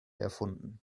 erfunden